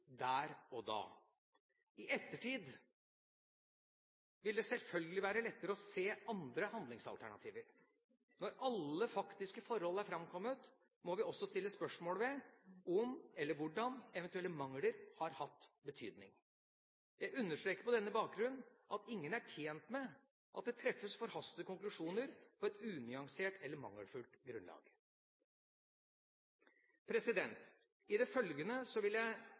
der og da. I ettertid vil det selvfølgelig være lettere å se andre handlingsalternativer. Når alle faktiske forhold er framkommet, må vi også stille spørsmål ved om, eller hvordan, eventuelle mangler har hatt betydning. Jeg understreker på denne bakgrunn at ingen er tjent med at det treffes forhastede konklusjoner på et unyansert eller mangelfullt grunnlag. I det følgende vil jeg